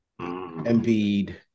Embiid